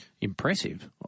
Impressive